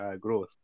growth